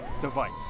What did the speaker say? device